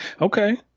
Okay